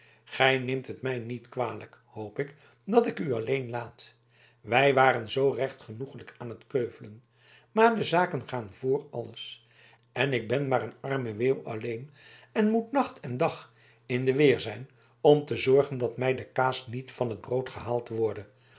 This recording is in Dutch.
gij neemt het mij niet kwalijk hoop ik dat ik u alleen laat wij waren zoo recht genoeglijk aan t keuvelen maar de zaken gaan voor alles en ik ben maar een arme weeuw alleen en moet nacht en dag in de weer zijn om te zorgen dat mij de kaas niet van t brood gehaald worde